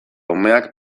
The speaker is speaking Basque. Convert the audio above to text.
umeak